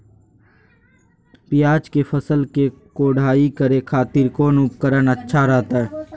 प्याज के फसल के कोढ़ाई करे खातिर कौन उपकरण अच्छा रहतय?